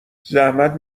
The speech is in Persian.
زحمت